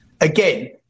again